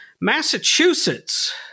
Massachusetts